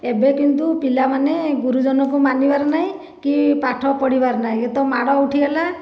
ଏବେ କିନ୍ତୁ ପିଲାମାନେ ଗୁରୁଜନଙ୍କୁ ମାନିବାର ନାହିଁ କି ପାଠ ପଢ଼ିବାର ନାହିଁ ଏବେ ତ ମାଡ଼ ଉଠିଗଲା